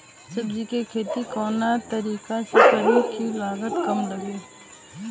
सब्जी के खेती कवना तरीका से करी की लागत काम लगे?